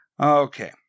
Okay